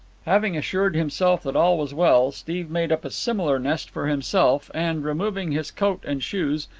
having assured himself that all was well, steve made up a similar nest for himself, and, removing his coat and shoes,